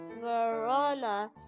Verona